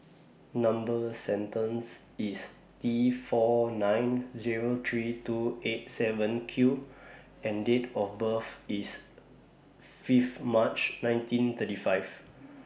Number sentence IS T four nine Zero three two eight seven Q and Date of birth IS Fifth March nineteen thirty five